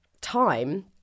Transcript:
time